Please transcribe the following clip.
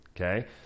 Okay